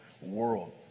world